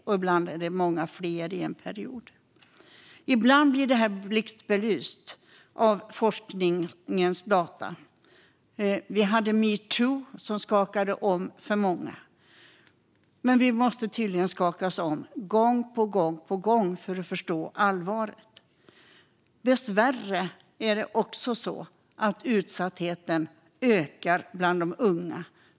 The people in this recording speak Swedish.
Och periodvis är det många fler. Ibland kommer forskningsdata fram i blixtbelysning. Metoo skakade om många. Men vi måste tydligen skakas om gång på gång för att förstå allvaret. Dessvärre ökar utsattheten bland de unga.